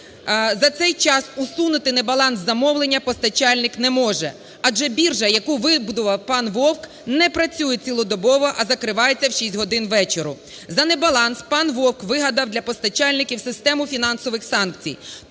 за цей час усунути небаланс замовлення постачальник не може, адже біржа, яку вибудував пан Вовк, не працює цілодобово, а закривається в 6 годин вечора. За небаланс пан Вовк вигадав для постачальників систему фінансових санкцій,